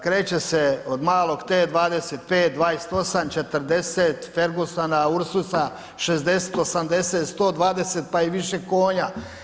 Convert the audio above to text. Kreće se od malog T25, 28, 40 Ferguson Ursus 60, 80, 120 pa i više konja.